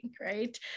right